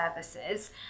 services